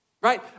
right